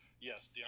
yes